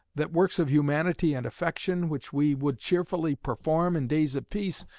that works of humanity and affection, which we would cheerfully perform in days of peace,